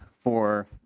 for